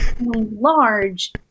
large